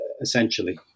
essentially